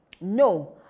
No